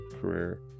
career